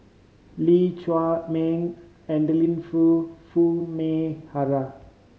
Lee Chiaw Meng Adeline Foo Foo Mee Har